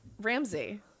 Ramsey